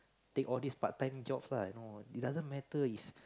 take all this part time jobs lah no it doesn't matter it's